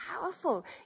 powerful